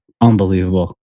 Unbelievable